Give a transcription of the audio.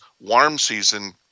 warm-season